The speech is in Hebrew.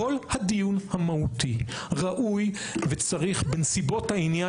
כל הדיון המהותי ראוי וצריך בנסיבות העניין